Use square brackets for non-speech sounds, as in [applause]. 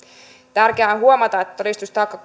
tärkeää on huomata että todistustaakka [unintelligible]